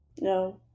No